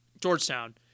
Georgetown